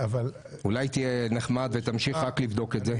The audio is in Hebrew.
אולי תהיה נחמד ותמשיך לבדוק את זה?